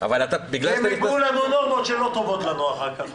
כי הם יקבעו לנו נורמות שלא טובות לנו אחר כך.